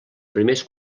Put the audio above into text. primers